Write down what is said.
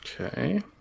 Okay